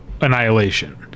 Annihilation